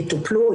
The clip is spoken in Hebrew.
יטופלו,